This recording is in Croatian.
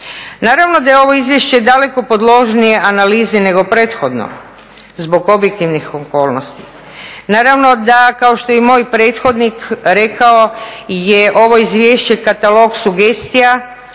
Naravno da je ovo izvješće daleko podložnije analizi nego prethodno zbog objektivnih okolnosti. Naravno da kao što je i moj prethodnik rekao je ovo izvješće katalog sugestija